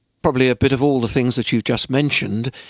probably a bit of all the things that you've just mentioned.